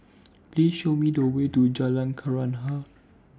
Please Show Me The Way to Jalan Kenarah